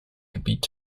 gebiet